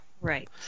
right